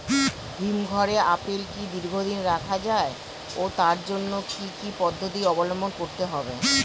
হিমঘরে আপেল কি দীর্ঘদিন রাখা যায় ও তার জন্য কি কি পদ্ধতি অবলম্বন করতে হবে?